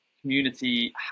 community